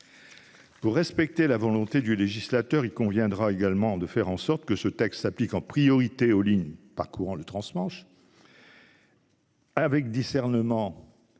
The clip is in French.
Pour respecter la volonté du législateur, il conviendra également de faire en sorte que ce texte s'applique en priorité au transmanche, et avec discernement